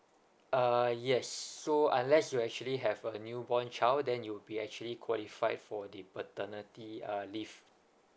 uh yes so unless you actually have a newborn child then you'll be actually qualified for the paternity uh leave